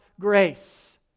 grace